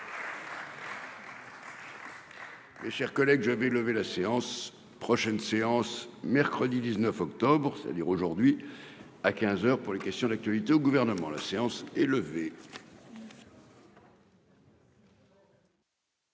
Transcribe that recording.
Hé, chers collègues, j'avais levé la séance prochaine séance, mercredi 19 octobre c'est-à-dire aujourd'hui à 15 heures pour les questions d'actualité au gouvernement, la séance est levée.